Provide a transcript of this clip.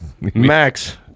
Max